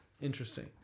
interesting